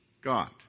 God